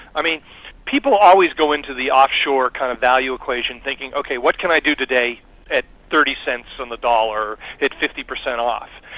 people always go into the offshore kind of value equation, thinking, ok, what can i do today at thirty cents in the dollar, get fifty percent off?